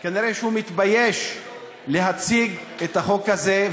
כנראה הוא מתבייש להציג את החוק הזה,